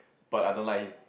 but I don't like him